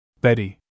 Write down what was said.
Betty